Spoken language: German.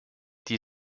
die